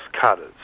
cutters